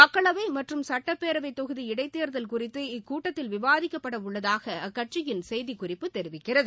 மக்களவை மற்றும் சுட்டப்பேரவை தொகுதி இடைத்தோதல் குறித்து இக்கூட்டத்தில் விவாதிக்கப்பட உள்ளதாக அக்கட்சியின் செய்திக் குறிப்பு தெரிவிக்கிறது